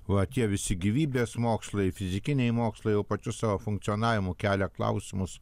va tie visi gyvybės mokslai fizikiniai mokslai jau pačiu savo funkcionavimu kelia klausimus